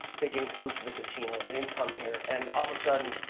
they didn't come to the casino, they didn't come here, and all of a sudden,